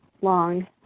long